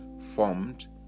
formed